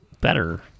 better